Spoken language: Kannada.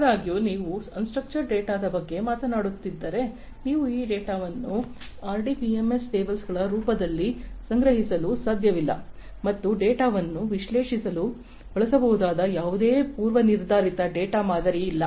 ಆದಾಗ್ಯೂ ನೀವು ಅನ್ಸ್ಟ್ರಕ್ಚರ್ಡ ಡೇಟಾದ ಬಗ್ಗೆ ಮಾತನಾಡುತ್ತಿದ್ದರೆ ನೀವು ಈ ಡೇಟಾವನ್ನು ಆರ್ಡಿಬಿಎಂಎಸ್ ಟೇಬಲ್ಸ್ಗಳ ರೂಪದಲ್ಲಿ ಸಂಗ್ರಹಿಸಲು ಸಾಧ್ಯವಿಲ್ಲ ಮತ್ತು ಈ ಡೇಟಾವನ್ನು ವಿಶ್ಲೇಷಿಸಲು ಬಳಸಬಹುದಾದ ಯಾವುದೇ ಪೂರ್ವನಿರ್ಧರಿತ ಡೇಟಾ ಮಾದರಿ ಇಲ್ಲ